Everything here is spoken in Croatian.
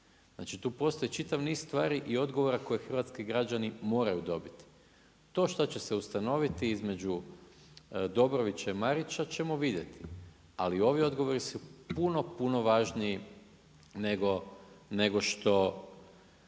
Znači tu postoji čitav niz stvari i odgovora koje hrvatski građani moraju dobiti. To šta će se ustanoviti između Dobrovića i Marića ćemo vidjeti. Ali ovi odgovori su puno puno važniji nego što